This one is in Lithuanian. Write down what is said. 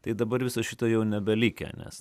tai dabar viso šito jau nebelikę nes